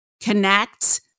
connect